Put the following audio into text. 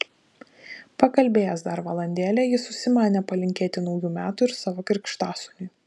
pakalbėjęs dar valandėlę jis užsimanė palinkėti naujų metų ir savo krikštasūniui